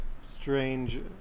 strange